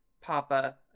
Papa